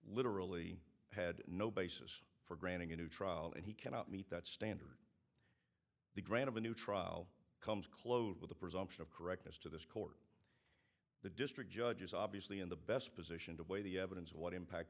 literally had no basis for granting a new trial and he cannot meet that standard the grant of a new trial comes close with a presumption of correctness to this court the district judge is obviously in the best position to weigh the evidence of what impact